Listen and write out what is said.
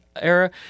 era